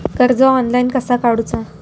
कर्ज ऑनलाइन कसा काडूचा?